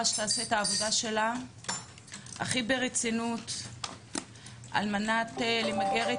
לעשות את עבודתה ברצינות ולמגר את